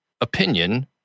opinion